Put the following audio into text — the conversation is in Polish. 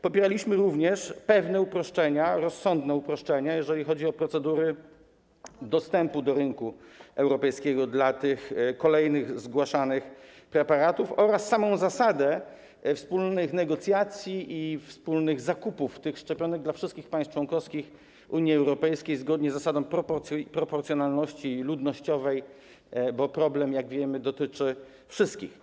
Popieraliśmy również pewne rozsądne uproszczenia, jeżeli chodzi o procedury dostępu do rynku europejskiego dla tych kolejnych zgłaszanych preparatów oraz samą zasadę wspólnych negocjacji i wspólnych zakupów tych szczepionek dla wszystkich państw członkowskich Unii Europejskiej zgodnie z zasadą proporcjonalności ludnościowej, bo problem, jak wiemy, dotyczy wszystkich.